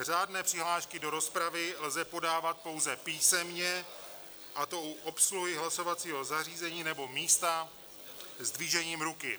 Řádné přihlášky do rozpravy lze podávat pouze písemně, a to u obsluhy hlasovacího zařízení nebo z místa zdvižením ruky.